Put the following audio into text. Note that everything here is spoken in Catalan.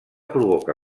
provoca